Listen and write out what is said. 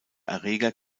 erreger